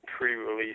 pre-release